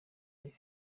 live